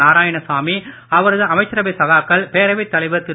நாராயணசாமி அவரது அமைச்சரவை சகாக்கள் பேரவை தலைவர் திரு